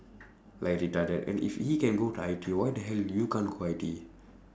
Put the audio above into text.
like retarded and if he can go to I_T_E why the hell you can't go I_T_E